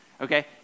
okay